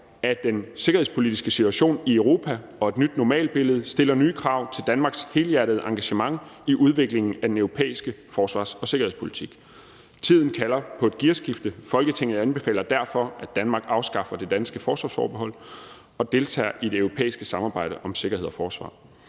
af den sikkerhedspolitiske situation i Europa og et nyt normalbillede stiller nye krav til Danmarks helhjertede engagement i udviklingen af den europæiske forsvars- og sikkerhedspolitik. Tiden kalder på et gearskifte. Folketinget anbefaler derfor, at Danmark afskaffer det danske forsvarsforbehold og deltager i det europæiske samarbejde om sikkerhed og forsvar.